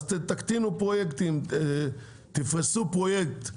אז תקטינו פרויקטים; תפרסו פרויקט ליותר זמן.